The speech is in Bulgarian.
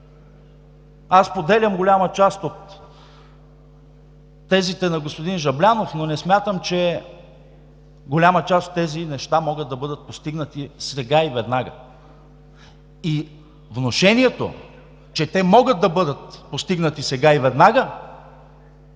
Аз споделям голяма част от тезите на господин Жаблянов, но не смятам, че голяма част от тези неща могат да бъдат постигнати сега и веднага. Внушението, че те могат да бъдат постигнати сега и веднага